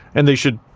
and they should